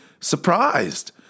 surprised